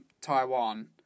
Taiwan